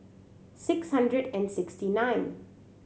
six hundred and sixty nine